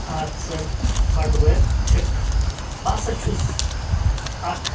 احد صٲب بٹوٲرۍ چھِ بہٕ ہسا چھُس اکھ